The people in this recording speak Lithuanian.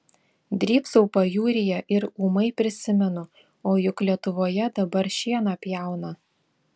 drybsau pajūryje ir ūmai prisimenu o juk lietuvoje dabar šieną pjauna